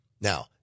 Now